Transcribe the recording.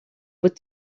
быть